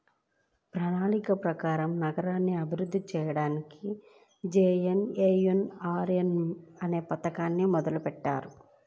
ప్రణాళిక ప్రకారం నగరాలను అభివృద్ధి చెయ్యడానికి జేఎన్ఎన్యూఆర్ఎమ్ పథకాన్ని మొదలుబెట్టారు